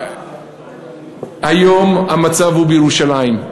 היום המצב בירושלים הוא